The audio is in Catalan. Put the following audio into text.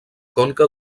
conca